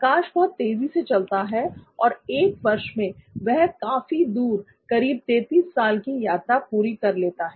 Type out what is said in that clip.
प्रकाश बहुत तेजी से चलता है और 1 वर्ष में वह काफी दूर करीब 33 साल की यात्रा पूरी कर लेता है